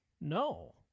No